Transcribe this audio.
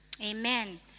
Amen